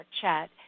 chat